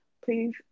Please